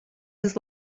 his